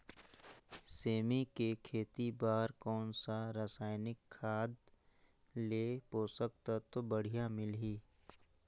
सेमी के खेती बार कोन सा रसायनिक खाद ले पोषक तत्व बढ़िया मिलही?